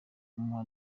kumuha